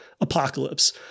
apocalypse